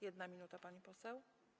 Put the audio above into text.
1 minuta, pani poseł.